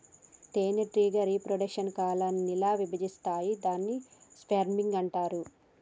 తేనెటీగ reproduction colony ల విభజిస్తాయి దాన్ని స్వర్మింగ్ అంటారు